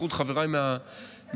בייחוד חבריי מהקואליציה,